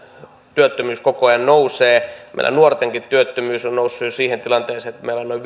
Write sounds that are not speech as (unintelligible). työttömyys koko ajan nousee meidän nuortenkin työttömyys on noussut jo siihen tilanteeseen että meillä on noin (unintelligible)